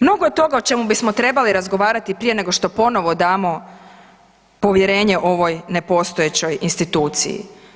Mnogo je toga o čemu bismo trebali razgovarati prije nego što ponovo damo povjerenje ovoj nepostojećoj instituciji.